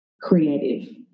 creative